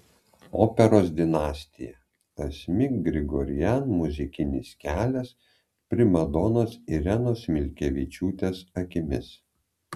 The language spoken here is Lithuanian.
operos dinastija asmik grigorian muzikinis kelias primadonos irenos milkevičiūtės akimis